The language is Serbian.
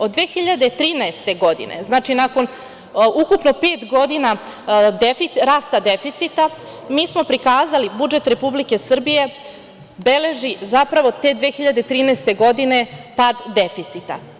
Od 2013. godine, znači nakon ukupno pet godina rasta deficita, mi smo prikazali budžet Republike Srbije beleži zapravo te 2013. godine pad deficita.